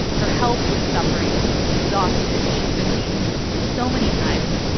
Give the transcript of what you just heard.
her health was suffering. she was exhausted. she had been beaten so many times.